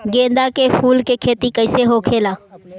गेंदा के फूल की खेती कैसे होखेला?